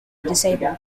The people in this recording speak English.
disabled